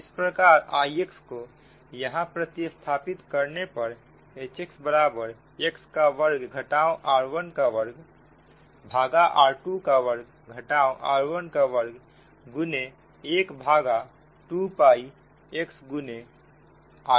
इस प्रकार Ixको यहां प्रतिस्थापित करने पर Hxबराबर x का वर्ग घटाओ r1 का वर्ग भागा r2 का वर्ग घटाओ r1 का वर्ग गुने एक भागा 2 x गुने I